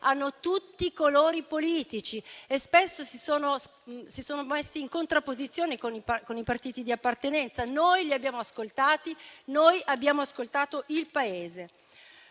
hanno tutti i colori politici e spesso si sono messi in contrapposizione con i partiti di appartenenza. Noi li abbiamo ascoltati. Noi abbiamo ascoltato il Paese.